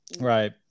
Right